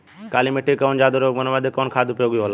काली माटी के ज्यादा उर्वरक बनावे के बदे कवन खाद उपयोगी होला?